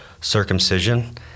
circumcision